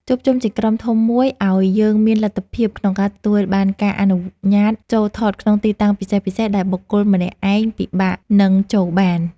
ជួបជុំជាក្រុមធំជួយឱ្យយើងមានលទ្ធភាពក្នុងការទទួលបានការអនុញ្ញាតចូលថតក្នុងទីតាំងពិសេសៗដែលបុគ្គលម្នាក់ឯងពិបាកនឹងចូលបាន។